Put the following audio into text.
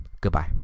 Goodbye